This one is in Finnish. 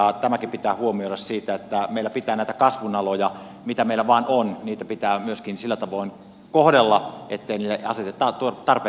tämäkin pitää huomioida että meillä pitää näitä kasvun aloja mitä meillä vain on myöskin sillä tavoin kohdella ettei niille aseteta tarpeettomia esteitä